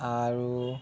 আৰু